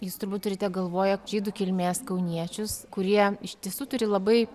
jūs turbūt turite galvoje žydų kilmės kauniečius kurie iš tiesų turi labai